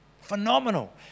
Phenomenal